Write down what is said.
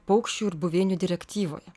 paukščių ir buveinių direktyvoje